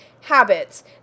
habits